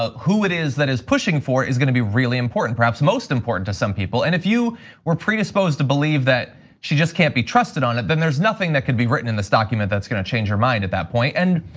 ah who it is that is pushing for is gonna be really important, perhaps most important to some people. and if you were predisposed to believe that she just can't be trusted on it, then there's nothing that can be written in this document that's gonna change your mind at that point. and,